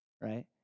right